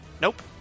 Nope